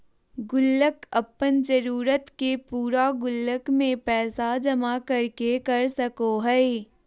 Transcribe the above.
गुल्लक अपन जरूरत के पूरा गुल्लक में पैसा जमा कर के कर सको हइ